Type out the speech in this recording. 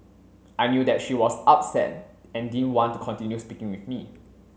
I knew that she was upset and didn't want to continue speaking with me